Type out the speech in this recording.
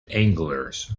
anglers